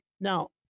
Now